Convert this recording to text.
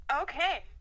Okay